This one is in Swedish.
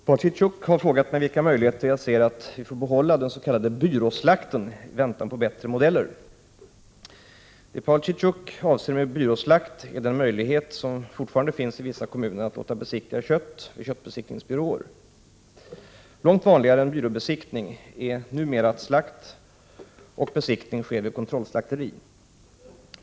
Herr talman! Paul Ciszuk har frågat mig vilka möjligheter jag ser att vi får behålla den s.k. byråslakten i väntan på bättre modeller. Det Paul Ciszuk avser med ”byråslakt” är den möjlighet som fortfarande finns i vissa kommuner att låta besikta kött vid köttbesiktningsbyråer. Långt vanligare än byråbesiktning är numera att slakt och besiktning sker vid kontrollslakteri.